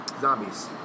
zombies